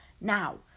Now